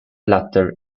latter